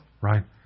Right